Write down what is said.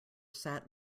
sat